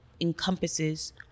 encompasses